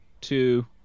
two